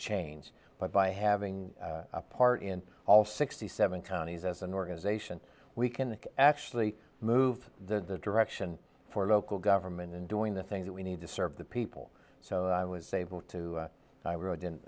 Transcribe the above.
change but by having a part in all sixty seven counties as an organization we can actually move the direction for local government and doing the things that we need to serve the people so i was able to i really